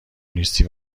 نیستی